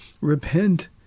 repent